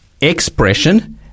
expression